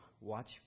watch